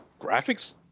graphics